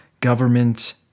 government